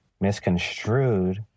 misconstrued